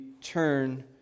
turn